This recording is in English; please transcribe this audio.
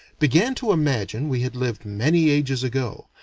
began to imagine we had lived many ages ago,